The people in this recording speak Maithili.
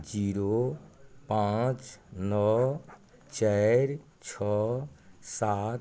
जीरो पाँच नओ चारि छओ सात